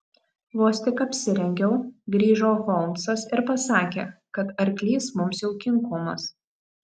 vos tik apsirengiau grįžo holmsas ir pasakė kad arklys mums jau kinkomas